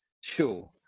Sure